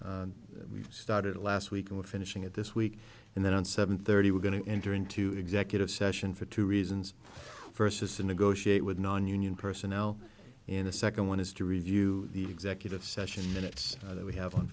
pecos we've started last week and we're finishing it this week and then on seven thirty we're going to enter into executive session for two reasons first is to negotiate with nonunion personnel in a second one is to review the executive session minutes that we have on